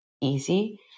easy